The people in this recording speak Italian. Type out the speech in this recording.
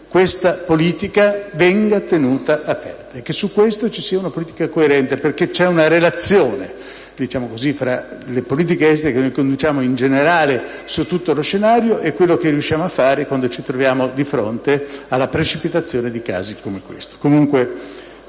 questa politica venga tenuta aperta e che su questo ci sia una politica coerente: c'è infatti una relazione tra le politiche estere che conduciamo in generale su tutto lo scenario e quello che riusciamo a fare quando ci troviamo di fronte al precipitare di casi come questo.